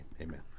Amen